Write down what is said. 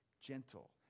gentle